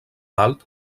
dalt